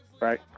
right